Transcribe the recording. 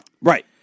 Right